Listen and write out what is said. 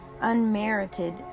unmerited